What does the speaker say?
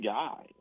guy